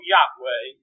Yahweh